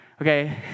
okay